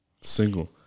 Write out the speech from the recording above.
Single